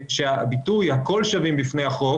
הביטוי "הכול שווים בפני החוק"